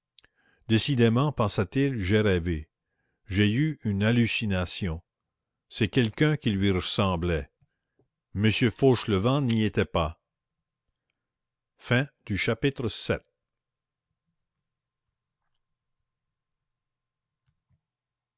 décidément pensa-t-il j'ai rêvé j'ai eu une hallucination c'est quelqu'un qui lui ressemblait m fauchelevent n'y était pas chapitre